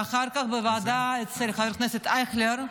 ואחר כך בוועדה אצל חבר הכנסת אייכלר,